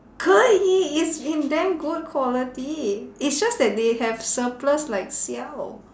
可以 it's in damn good quality it's just that they have surplus like siao